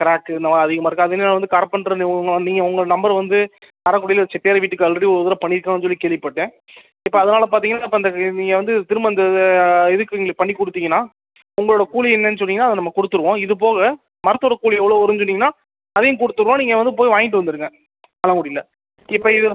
crack இந்த மாதிரி அதிகமாக இருக்குது அது என்னென்னால் வந்து கார்பெண்ட்டர் உங்கள் நீங்கள் உங்கள் நம்பர் வந்து காரைக்குடியில ஒரு செட்டியார் வீட்டுக்கு ஆல்ரெடி ஒரு தடவை பண்ணியிருக்கோன்னு சொல்லி கேள்விப்பட்டேன் இப்போது அதனலா பார்த்தீங்கன்னா இப்போ அந்த நீங்கள் வந்து திரும்ப அந்த இதுக்கு நீங்கள் பண்ணிக் கொடுத்தீங்கன்னா உங்களோடய கூலி என்னென்னு சொன்னிங்கன்னால் அதை நம்ம கொடுத்துடுவோம் இதுப்போக மரத்தோடய கூலி எவ்வளோ வரும்னு சொன்னீங்கன்னால் அதையும் கொடுத்துடுறோம் நீங்கள் வந்து போய் வாங்கிட்டு வந்துடுங்க காரக்குடியில இப்போ இது